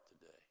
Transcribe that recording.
today